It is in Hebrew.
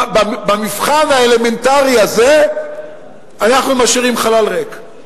במבחן האלמנטרי הזה אנחנו משאירים חלל ריק.